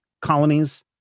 colonies